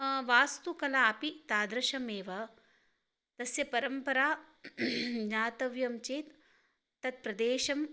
वास्तुकला अपि तादृशमेव तस्य परम्परा ज्ञातव्यं चेत् तत्प्रदेशं